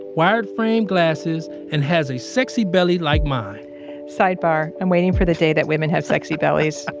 wired frame glasses, and has a sexy belly like mine sidebar, i'm waiting for the day that women have sexy bellies.